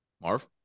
Marv